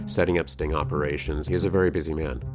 setting up sting operations. he was a very busy man.